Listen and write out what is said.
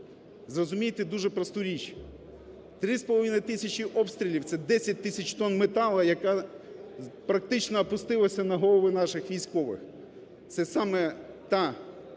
Зрозумійте дуже просту річ: 3,5 тисячі обстрілів, це 10 тисяч тонн металу, який, практично, опустився на голову наших військових. Це саме та